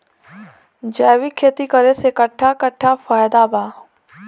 जैविक खेती करे से कट्ठा कट्ठा फायदा बा?